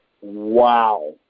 wow